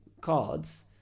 cards